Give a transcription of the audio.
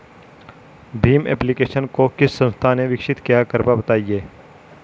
Bhim application को किस संस्था ने विकसित किया है कृपया बताइए?